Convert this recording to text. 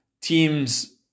teams